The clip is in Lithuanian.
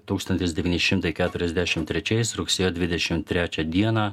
tūkstantis devyni šimtai keturiasdešim trečiais rugsėjo dvidešim trečią dieną